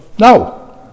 No